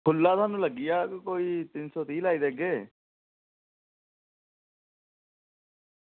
खुल्ला थाह्नूं कोई तीन सौ त्रीह् लाई देगे